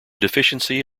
deficiency